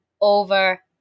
over